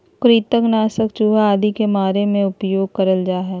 कृंतक नाशक चूहा आदि के मारे मे उपयोग करल जा हल